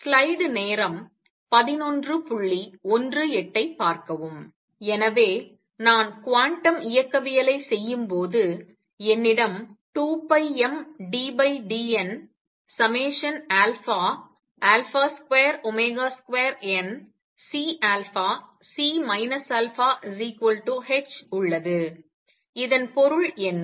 எனவே நான் குவாண்டம் இயக்கவியலை செய்யும்போது என்னிடம் 2πmddn22CC αh உள்ளது இதன் பொருள் என்ன